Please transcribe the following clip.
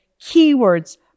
keywords